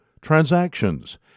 transactions